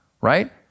right